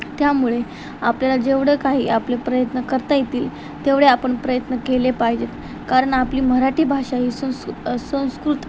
त्यामुळे आपल्याला जेवढे काही आपले प्रयत्न करता येतील तेवढे आपण प्रयत्न केले पाहिजेत कारण आपली मराठी भाषा ही सुसंस्कृत